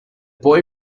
boy